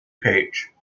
page